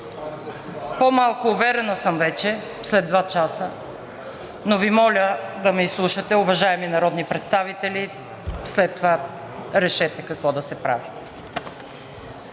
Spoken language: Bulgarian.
по-малко уверена, но Ви моля да ме изслушате, уважаеми народни представители, след това решете какво да се прави.